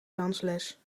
dansles